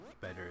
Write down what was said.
better